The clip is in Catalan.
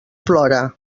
plora